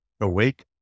awake